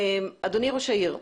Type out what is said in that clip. אדוני ראש העיר,